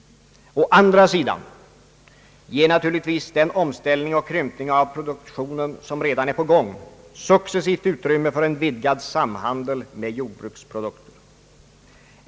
Å andra sidan ger naturligtvis den omställning och krympning av produktionen som redan är på gång successivt utrymme för en vidgad samhandel med jordbruksprodukter.